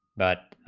but